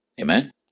Amen